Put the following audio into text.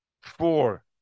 four